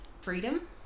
Freedom